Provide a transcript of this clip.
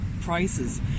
prices